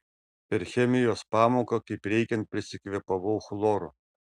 per chemijos pamoką kaip reikiant prisikvėpavau chloro